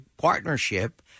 partnership